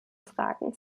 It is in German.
fragen